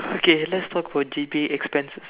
okay let's talk for J_B expenses